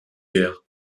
guerres